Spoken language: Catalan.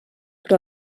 però